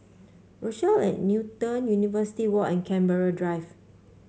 Rochelle at Newton University Walk and Canberra Drive